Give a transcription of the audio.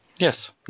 Yes